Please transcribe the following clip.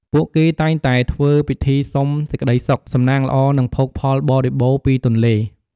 ពួកគេតែងតែធ្វើពិធីសុំសេចក្ដីសុខ សំណាងល្អ និងភោគផលបរិបូរណ៍ពីទន្លេ។